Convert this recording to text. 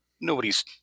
Nobody's